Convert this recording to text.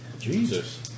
Jesus